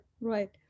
right